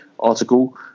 article